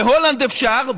בהולנד אפשר,